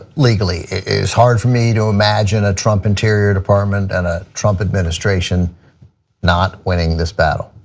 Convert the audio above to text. legally. it's hard for me to imagine a trump interior department, and a trump administration not winning this battle,